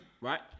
right